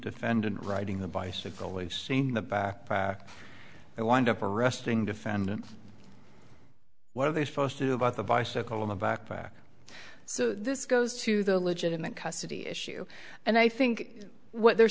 defendant riding the bicycle we've seen the backpack i wind up arresting defendant what are they supposed to do about the bicycle in the backpack so this goes to the legitimate custody issue and i think what they're